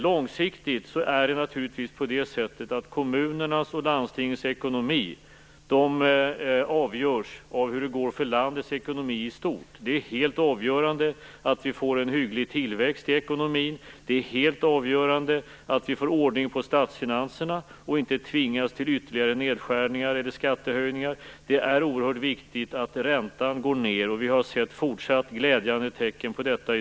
Långsiktigt avgörs naturligtvis kommunernas och landstingens ekonomi av hur det går för landets ekonomi i stort. Det är helt avgörande att vi får en hygglig tillväxt i ekonomin. Det är helt avgörande att vi får ordning på statsfinanserna och inte tvingas till ytterligare nedskärningar eller skattehöjningar. Det är också oerhört viktigt att räntan går ned, och vi har i dag sett fortsatta glädjande tecken på det.